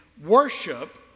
worship